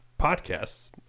podcasts